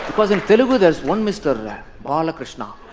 because in telugu, there is one mr. bala krishna